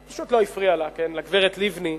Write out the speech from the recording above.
פשוט לא הפריע לה, לגברת לבני,